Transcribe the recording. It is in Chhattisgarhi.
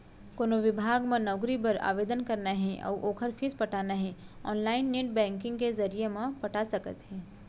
कोनो बिभाग म नउकरी बर आवेदन करना हे अउ ओखर फीस पटाना हे ऑनलाईन नेट बैंकिंग के जरिए म पटा सकत हे